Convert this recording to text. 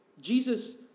Jesus